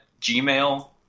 Gmail